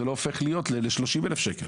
החוב הזה לא הופך להיות 30 אלף שקלים